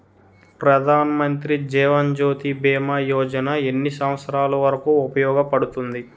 ప్రధాన్ మంత్రి జీవన్ జ్యోతి భీమా యోజన ఎన్ని సంవత్సారాలు వరకు ఉపయోగపడుతుంది?